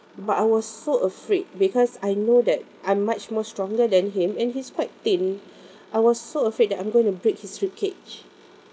but I was so afraid because I know that I'm much more stronger than him and his quite thin I was so afraid that I'm going to break his ribcage